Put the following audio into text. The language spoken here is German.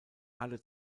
alle